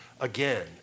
again